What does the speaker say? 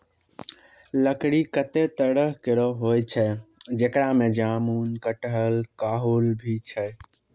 लकड़ी कत्ते तरह केरो होय छै, जेकरा में जामुन, कटहल, काहुल भी छै